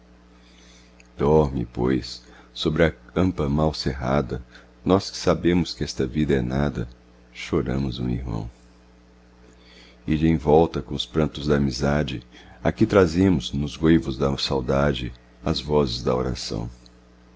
dorme pois sobre a campa mal cerrada nós que sabemos que esta vida é nada choramos um irmão e denvolta cos prantos da amizade aqui trazemos nos goivos da saudade as vozes da oração